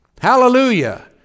Hallelujah